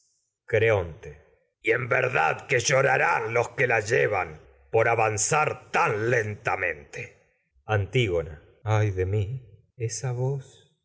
dominando pasiones creonte y en verdad que llorarán los que la lle van por avanzar tan lentamente voz suena antígona mi muerte ay de mi esa muy